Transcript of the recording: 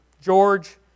George